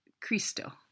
Cristo